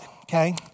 okay